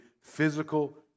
physical